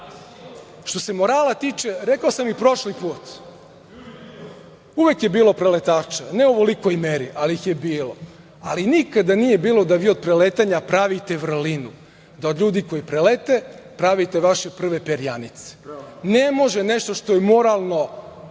se morala tiče, rekao sam i prošli put, uvek je bilo preletača, ne u ovolikoj meri, ali ih je bilo, ali nikada nije bilo da vi od preletanja pravite vrlinu, da od ljudi koji prelete, pravite vaše prve perjanice. Ne može nešto što je moralno,